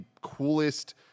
coolest